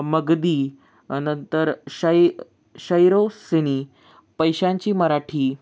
मागधी अ नंतर शै शौरसेनी पेशव्यांची मराठी